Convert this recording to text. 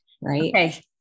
right